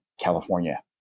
california